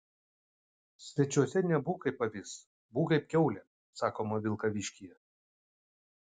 svečiuose nebūk kaip avis būk kaip kiaulė sakoma vilkaviškyje